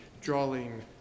drawing